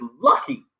lucky